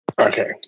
okay